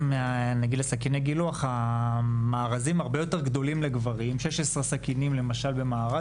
בסכיני גילוח המארזים הרבה יותר גדולים לגברים 16 סכינים במארז,